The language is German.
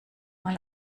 mal